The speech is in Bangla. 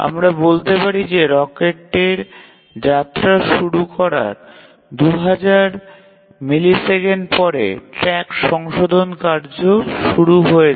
আমরা বলতে পারি যে রকেটের যাত্রা শুরু করার ২০০০ মিলিসেকেন্ড পরে ট্র্যাক সংশোধন কার্য শুরু হয়েছে